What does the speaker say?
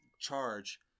charge